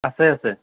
আছে আছে